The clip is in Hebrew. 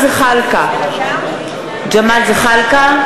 ג'מאל זחאלקה,